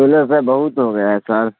بہت ہو گیا ہے سر